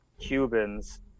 cubans